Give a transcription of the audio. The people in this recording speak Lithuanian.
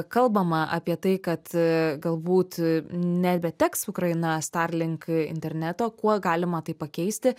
kalbama apie tai kad galbūt nebeteks ukraina starlink interneto kuo galima tai pakeisti